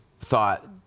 thought